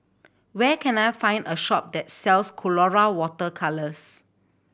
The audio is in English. where can I find a shop that sells Colora Water Colours